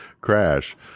crash